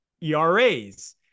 eras